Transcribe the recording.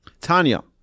Tanya